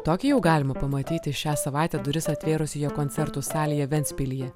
tokį jau galima pamatyti šią savaitę duris atvėrusioje koncertų salėje ventspilyje